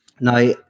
Now